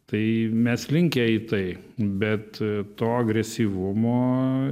tai mes linkę į tai bet to agresyvumo